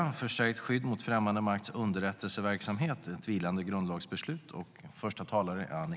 Herr talman!